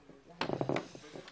ננעלה בשעה